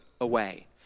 away